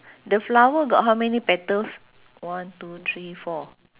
the flower got how many petals one two three four